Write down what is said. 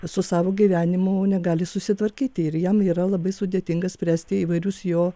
su savo gyvenimu negali susitvarkyti ir jam yra labai sudėtinga spręsti įvairius jo